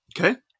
Okay